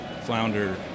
flounder